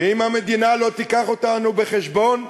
ואם המדינה לא תביא אותנו בחשבון,